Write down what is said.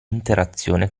interazione